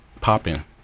popping